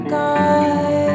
God